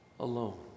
alone